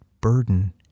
burden